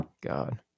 God